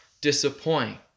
disappoint